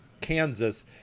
Kansas